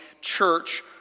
church